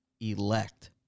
elect